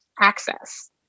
access